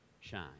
shine